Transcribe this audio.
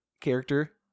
character